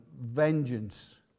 vengeance